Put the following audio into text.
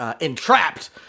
entrapped